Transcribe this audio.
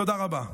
תודה רבה.